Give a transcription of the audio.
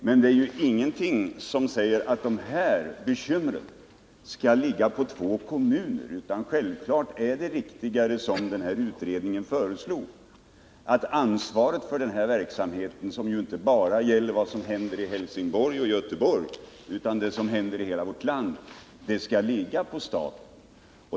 Men det finns ingenting som säger att de här bekymren skall drabba två kommuner, utan självfallet är det riktigare, som utredningen föreslog, att ansvaret för denna verksamhet — den gäller ju inte bara vad som händer i Göteborg och Helsingborg utan i hela vårt land — skall ligga på staten.